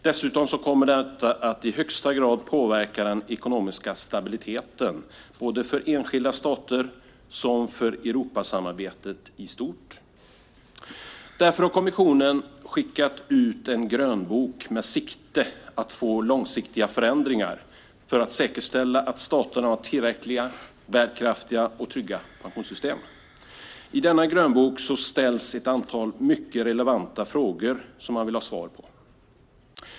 Det kommer dessutom att i högsta grad påverka den ekonomiska stabiliteten för enskilda stater och för Europasamarbetet i stort. Därför har kommissionen skickat ut en grönbok i avsikt att få långsiktiga förändringar för att säkerställa att staterna har tillräckliga, bärkraftiga och trygga pensionssystem. I denna grönbok ställs ett antal mycket relevanta frågor som man vill ha svar på.